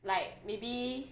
like maybe